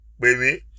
baby